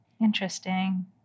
Interesting